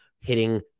hitting